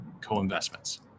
co-investments